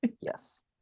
Yes